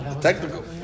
Technical